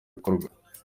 gikorwa